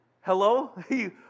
Hello